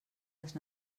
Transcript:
les